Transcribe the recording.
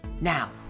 Now